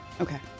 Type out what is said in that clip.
Okay